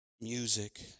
Music